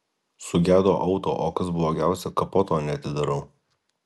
sugedo auto o kas blogiausia kapoto neatidarau